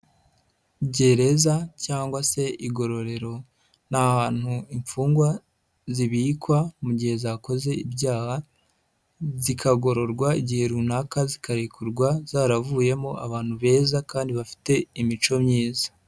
Gereza cyangwa se igororero n'ahantutu imfungwa zibikwa mu gihe zakoze ibyaha, zikagororwa igihe runaka zikarekurwa zaravuyemo abantu beza kandi bafite imico myiza.